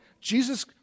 Jesus